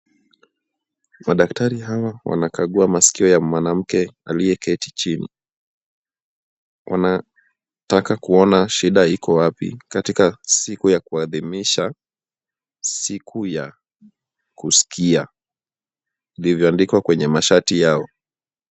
Madaktari hawa wanakagua masikio ya mwanamke aliyeketi chini. Wanataka kuona shida iko wapi, katika siku ya kuadimisha siku ya kusikia, ilivyoandikwa kwenye mashati yao.